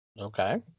Okay